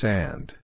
Sand